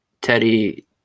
Teddy